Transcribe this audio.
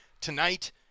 tonight